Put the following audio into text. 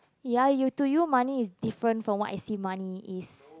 ya you to you money is different from what I see money is